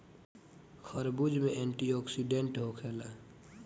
खरबूज में एंटीओक्सिडेंट होखेला